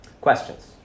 Questions